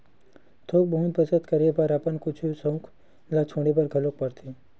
थोक बहुत बचत करे बर अपन कुछ सउख ल छोड़े बर घलोक परथे